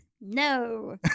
No